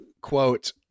quote